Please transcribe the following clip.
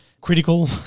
critical